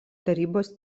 tarybos